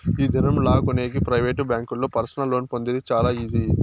ఈ దినం లా కొనేకి ప్రైవేట్ బ్యాంకుల్లో పర్సనల్ లోన్ పొందేది చాలా ఈజీ